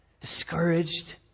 discouraged